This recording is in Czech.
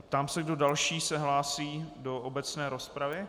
Ptám se, kdo další se hlásí do obecné rozpravy.